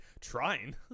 Trying